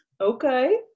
Okay